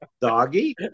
doggy